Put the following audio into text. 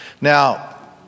Now